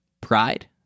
Pride